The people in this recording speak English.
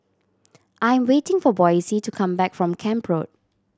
I am waiting for Boysie to come back from Camp Road